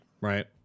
Right